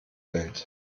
welt